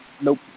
Nope